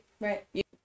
Right